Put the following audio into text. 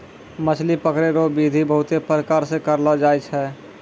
मछली पकड़ै रो बिधि बहुते प्रकार से करलो जाय छै